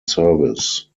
service